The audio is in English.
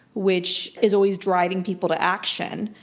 which is always driving people to action.